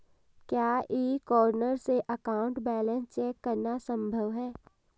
क्या e corner से account balance check करना संभव है?